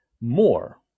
more